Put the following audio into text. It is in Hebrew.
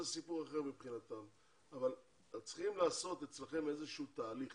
זה סיפור אחר אבל צריך לעשות אצלכם איזשהו תהליך